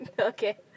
Okay